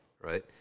right